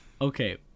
Okay